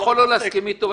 אלא רק פוסק.